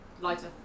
lighter